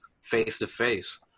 face-to-face